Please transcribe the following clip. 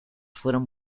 fueron